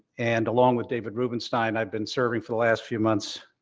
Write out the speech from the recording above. and, along with david rubenstein i've been serving for the last few months